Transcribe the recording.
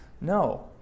No